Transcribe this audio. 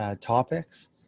Topics